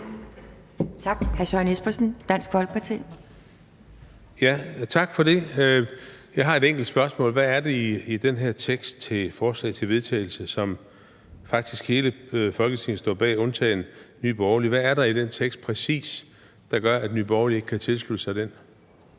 Kl. 11:48 Søren Espersen (DF): Tak for det. Jeg har et enkelt spørgsmål: Hvad er det præcis i den her tekst til forslag til vedtagelse, som faktisk hele Folketinget står bag undtagen Nye Borgerlige, der gør, at Nye Borgerlige ikke kan tilslutte sig den?